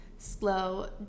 slow